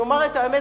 אומר את האמת,